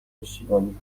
پشتیبانی